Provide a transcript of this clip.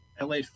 LA